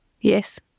Yes